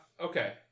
Okay